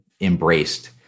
embraced